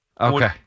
Okay